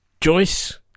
Joyce